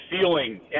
feeling